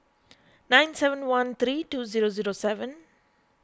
nine seven one three two zero zero seven